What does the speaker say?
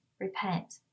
repent